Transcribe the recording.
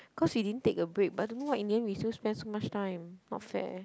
cause we didn't take a break but I don't know why in the end we still spend so much time not fair